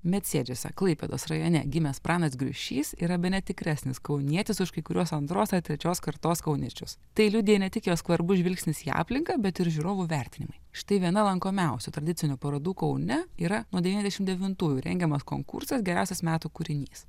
medsėdžiuose klaipėdos rajone gimęs pranas griušys yra bene tikresnis kaunietis už kai kuriuos antros ar trečios kartos kauniečius tai liudija ne tik jo skvarbus žvilgsnis į aplinką bet ir žiūrovų vertinimai štai viena lankomiausių tradicinių parodų kaune yra nuo devyniasdešimt devintųjų rengiamas konkursas geriausias metų kūrinys